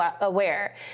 aware